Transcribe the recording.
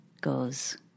goes